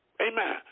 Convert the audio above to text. amen